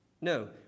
No